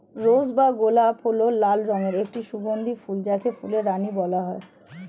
রোজ বা গোলাপ হল লাল রঙের একটি সুগন্ধি ফুল যাকে ফুলের রানী বলা হয়